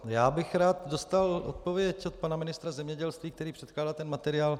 Já bych rád dostal odpověď od pana ministra zemědělství, který předkládá ten materiál.